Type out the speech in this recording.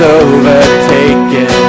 overtaken